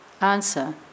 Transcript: Answer